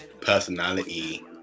personality